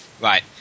Right